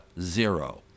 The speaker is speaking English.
zero